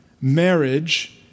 marriage